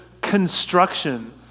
construction